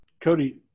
Cody